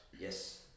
Yes